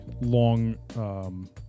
long